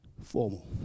Formal